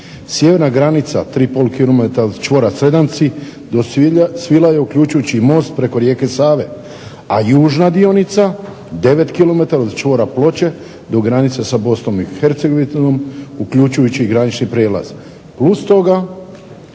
Sjeverna granica 3,5 km od čvora Sredanci do Svilaja, uključujući most preko rijeke Save. A južna dionica 9 km od čvora Ploče do granice sa Bosnom i Hercegovinom uključujući i granični prijelaz,